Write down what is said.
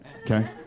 okay